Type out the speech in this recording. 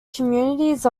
communities